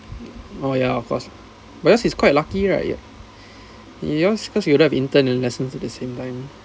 orh ya of course but yours is quite lucky right yours cause you don't have intern and lessons at the same time